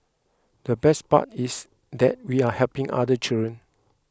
the best part is that we are helping other children